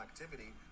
activity